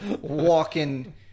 walking